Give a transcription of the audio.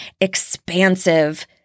expansive